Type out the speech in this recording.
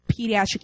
pediatric